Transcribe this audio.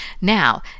Now